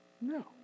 No